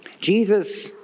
Jesus